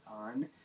on